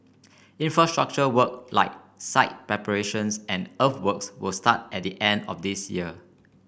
infrastructure work like site preparations and earthworks will start at the end of this year